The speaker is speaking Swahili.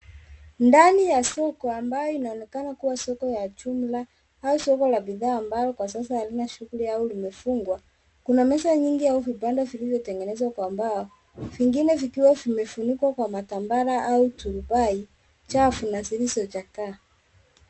Ndani ya soko amnbayo inaonekana kuwa soko ya jumla au soko la bidhaa ambalo kwa sasa halina shughuli au limefungwa kuna meza nyingi au vibanda vilivyotengenezwa kwa mbao vingine vikiwa vimefunikwa kwa matambara au turubai chafu na zilizochakaa